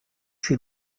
she